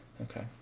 Okay